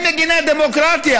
הם מגיני דמוקרטיה.